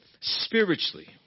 spiritually